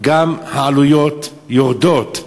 גם העלויות יורדות.